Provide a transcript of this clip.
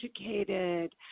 educated